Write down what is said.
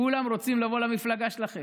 כולם רוצים לבוא למפלגה שלכם.